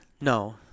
No